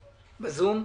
בזום.